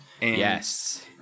Yes